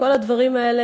כל הדברים האלה,